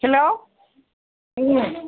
hello